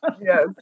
Yes